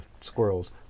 squirrels